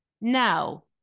Now